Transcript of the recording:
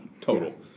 total